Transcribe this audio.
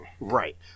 right